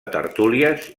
tertúlies